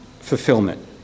fulfillment